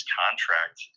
contract